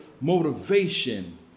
motivation